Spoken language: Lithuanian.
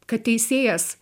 kad teisėjas